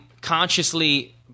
consciously